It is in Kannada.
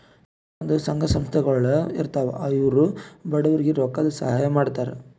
ಕೆಲವಂದ್ ಸಂಘ ಸಂಸ್ಥಾಗೊಳ್ ಇರ್ತವ್ ಇವ್ರು ಬಡವ್ರಿಗ್ ರೊಕ್ಕದ್ ಸಹಾಯ್ ಮಾಡ್ತರ್